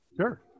sure